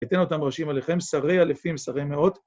‫ותן אותם ראשים עליכם, ‫שרי אלפים, שרי מאות.